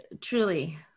truly